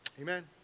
amen